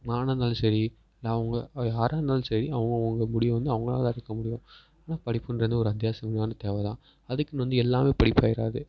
நானாக இருந்தாலும் சரி நான் உங்கள் யாராக இருந்தாலும் சரி அவங்க அவங்க முடிவை வந்து அவங்களாதான் எடுக்க முடியும் படிப்புன்றது ஒரு அத்தியாவசியமான தேவைதான் அதுக்குன்னு வந்து எல்லாமே படிப்பு ஆகிடாது